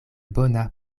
bona